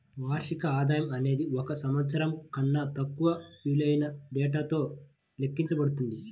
వార్షిక ఆదాయం అనేది ఒక సంవత్సరం కన్నా తక్కువ విలువైన డేటాతో లెక్కించబడుతుంది